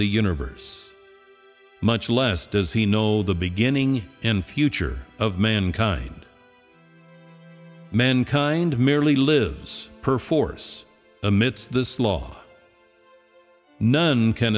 the universe much less does he know the beginning in future of mankind mankind merely lives perforce amidst this law none can